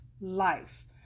life